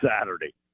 Saturday